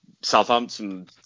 Southampton